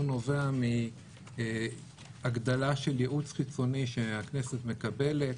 הוא נובע מהגדלה של ייעוץ חיצוני שהכנסת מקבלת.